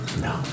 No